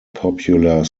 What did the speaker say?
popular